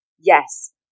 yes